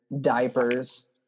Diapers